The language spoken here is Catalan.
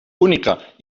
única